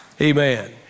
Amen